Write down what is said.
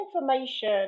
information